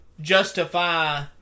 justify